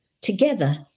together